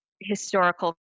historical